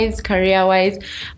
career-wise